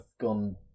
gone